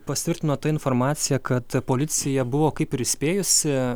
pasitvirtino ta informacija kad policija buvo kaip ir įspėjusi